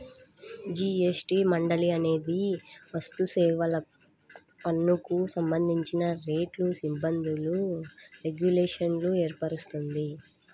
GST మండలి అనేది వస్తుసేవల పన్నుకు సంబంధించిన రేట్లు, నిబంధనలు, రెగ్యులేషన్లను ఏర్పరుస్తుంది